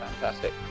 Fantastic